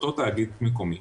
אותו תאגיד מקומי,